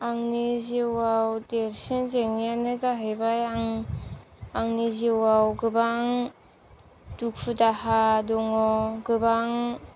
आंनि जिउआव देरसिन जेंनायानो जाहैबाय आंनि जिउ आव गोबां दुखु दाहा दङ गोबां